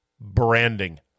branding